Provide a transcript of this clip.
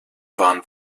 waren